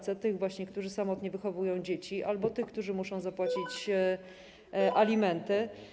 Chodzi o tych właśnie, którzy samotnie wychowują dzieci, albo tych, którzy muszą zapłacić alimenty.